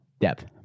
depth